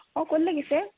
অঁ ক'ত লাগিছে